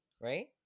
Right